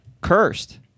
Cursed